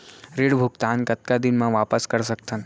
ऋण भुगतान कतका दिन म वापस कर सकथन?